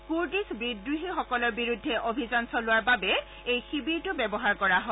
Kurdish বিদ্ৰোহীসকলৰ বিৰুদ্ধে অভিযান চলোৱাৰ বাবে এই শিবিৰটো ব্যৱহাৰ কৰা হয়